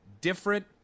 different